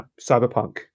cyberpunk